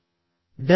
అందరికి స్వాగతం